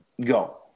Go